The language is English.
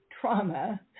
trauma